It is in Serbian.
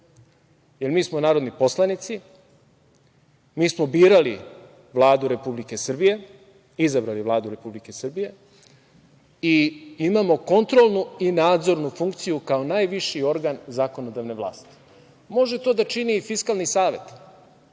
jer mi smo narodni poslanici, mi smo birali Vladu Republike Srbije, izabrali Vladu Republike Srbije i imamo kontrolnu i nadzornu funkciju, kao najviši organ zakonodavne vlasti. Može to da čini Fiskalni savet,